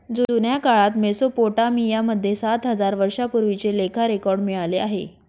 जुन्या काळात मेसोपोटामिया मध्ये सात हजार वर्षांपूर्वीचे लेखा रेकॉर्ड मिळाले आहे